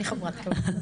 אני חברת כבוד.